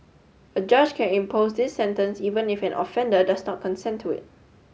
a judge can impose this sentence even if an offender does not consent to it